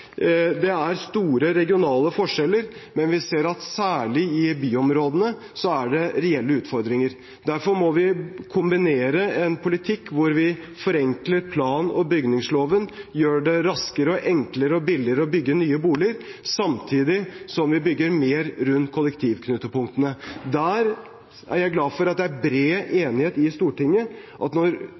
Det er store regionale forskjeller, men vi ser at særlig i byområdene er det reelle utfordringer. Derfor må vi kombinere en politikk hvor vi forenkler plan- og bygningsloven, gjør det raskere, enklere og billigere å bygge nye boliger, samtidig som vi bygger mer rundt kollektivknutepunktene. Jeg er glad for at det er bred enighet i Stortinget om at når